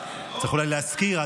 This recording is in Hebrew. צריך אולי להזכיר,